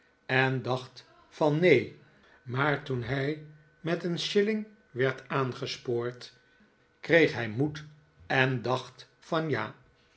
en dacht van neen maar toen hij met een shilling werd aangespoord kreeg hij moed en dacht van ja